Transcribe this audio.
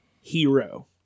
hero